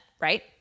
Right